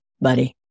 buddy